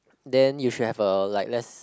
then you should have a like less